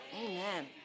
Amen